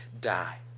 die